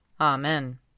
Amen